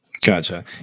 Gotcha